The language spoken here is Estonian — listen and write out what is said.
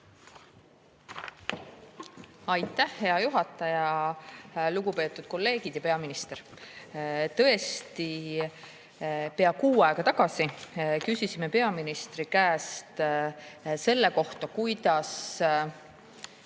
Aitäh, hea juhataja! Lugupeetud kolleegid ja peaminister! Tõesti, pea kuu aega tagasi küsisime peaministri käest selle kohta, kuidas